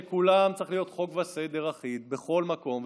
לכולם צריך להיות חוק וסדר אחיד בכל מקום.